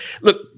look